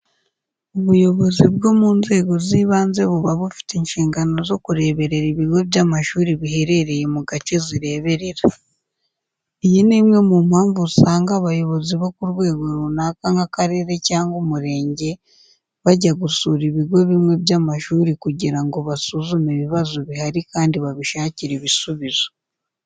Ubuyobozi bwo mu nzego z'ibanze buba bufite inshingano zo kureberera ibigo by'amashuri biherereye mu gace zireberera. Iyi ni imwe mu mpamvu usanga abayobozi bo ku rwego runaka nk'akarere cyangwa umurenge bajya gusura ibigo bimwe by'amashuri kugira ngo basuzume ibibazo bihari kandi babishakire ibisubizo.